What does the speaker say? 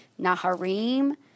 Naharim